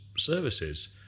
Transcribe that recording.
services